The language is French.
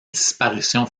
disparition